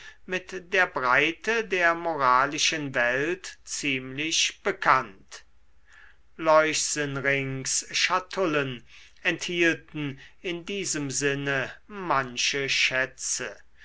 mit der breite der moralischen welt ziemlich bekannt leuchsenrings schatullen enthielten in diesem sinne manche schätze